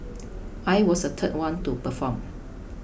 I was the third one to perform